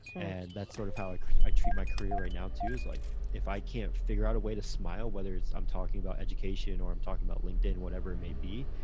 and that's sort of how like i treat my career right now too, is like if i can't figure out a way to smile, whether i'm talking about education or i'm talking about linkedin, whatever it may be,